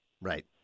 Right